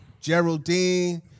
Geraldine